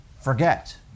forget